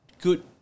good